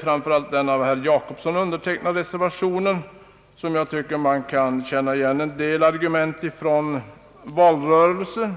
Framför allt i den av herr Jacobsson undertecknade reservationen tycker jag att man kan känna igen en del argument från valrörelsen.